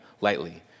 lightly